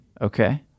Okay